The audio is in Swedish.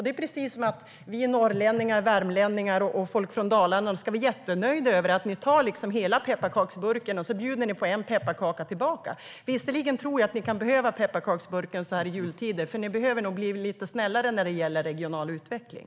Det är precis som om vi norrlänningar, värmlänningar och folk från Dalarna ska vara jätteglada för att ni tar hela pepparkaksburken, och så bjuder ni på en pepparkaka tillbaka. Fast jag tror att ni kanske kan behöva pepparkaksburken så här i jultider, för ni behöver bli lite snällare när det gäller regional utveckling.